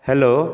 hello